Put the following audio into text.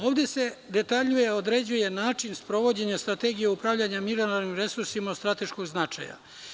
Ovde se detaljnije određuje način sprovođenja strategije upravljanja mineralnim resursima od strateškog značaja.